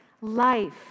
life